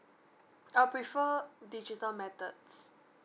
I prefer digital methods